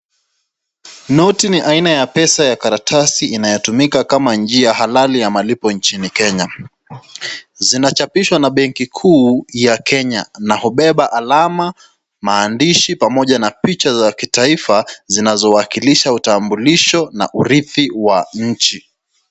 Noti ni aina ya pesa ya karatasi inayotumika kama njia halali ya malipo nchini Kenya. Zinachapishwa na banki kuu ya Kenya na hubeba alama, maandishi pamoja na picha za kitaifa, zinazowakilisha utambulisho na urithi wa nchi.